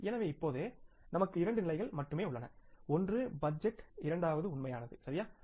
எனவே இப்போது நமக்கு இரண்டு நிலைகள் மட்டுமே உள்ளன ஒன்று பட்ஜெட் இரண்டாவது உண்மையானது சரியா